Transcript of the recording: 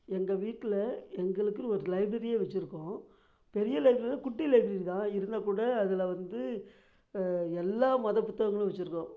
எங்கள் வீட்டில் எங்களுக்குன்னு ஒரு லைப்ரரியே வச்சுருக்கோம் பெரிய லைப்ரரி இல்ல குட்டி லைப்ரரி தான் இருந்தால் கூட அதில் வந்து எல்லா மத புத்தகங்களும் வச்சுருக்கோம்